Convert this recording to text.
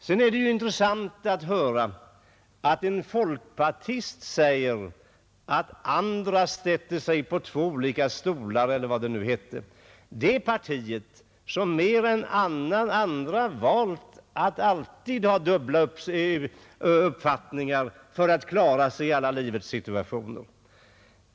Sedan är det ju intressant att höra att en folkpartist säger att andra sätter sig på två olika stolar, eller hur orden nu föll. Folkpartiet är ju det parti som mer än andra valt att alltid ha dubbla uppfattningar för att klara sig i alla livets situationer.